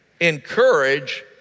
encourage